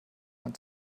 man